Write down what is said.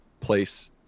place